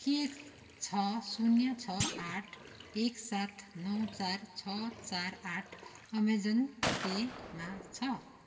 के छ शून्य छ आठ एक सात नौ चार छ चार आठ अमाजन पेमा छ